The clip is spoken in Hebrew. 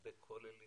הרבה כוללים,